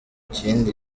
ikindi